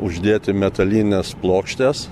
uždėti metalines plokštes